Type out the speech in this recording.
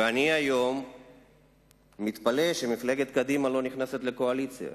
ואני היום מתפלא שמפלגת קדימה לא נכנסת לקואליציה.